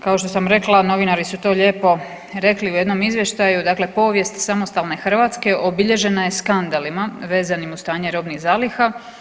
Kao što sam rekla novinari su to lijepo rekli u jednom izvještaju, dakle povijest samostalne Hrvatske obilježena je skandalima vezanim uz stanje robnih zaliha.